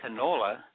canola